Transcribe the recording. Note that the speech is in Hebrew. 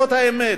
זאת האמת.